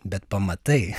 bet pamatai